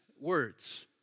words